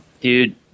dude